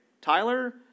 Tyler